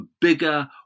bigger